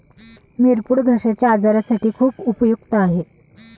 मिरपूड घश्याच्या आजारासाठी खूप उपयुक्त आहे